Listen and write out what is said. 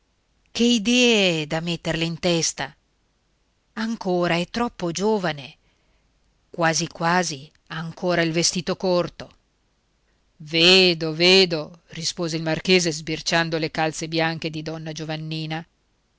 da metterle in testa ancora è troppo giovane quasi quasi ha ancora il vestito corto vedo vedo rispose il marchese sbirciando le calze bianche di donna giovannina